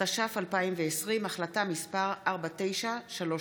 התש"ף 2020, החלטה מס' 4933,